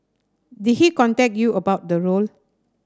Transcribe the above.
did he contact you about the role